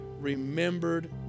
remembered